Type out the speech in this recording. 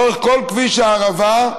לאורך כל כביש הערבה,